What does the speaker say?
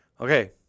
okay